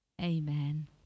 Amen